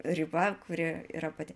riba kuri yra pati